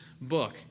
book